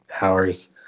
hours